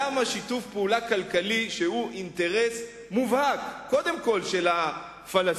למה שיתוף פעולה כלכלי שהוא אינטרס מובהק קודם כול של הפלסטינים,